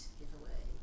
giveaway